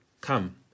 come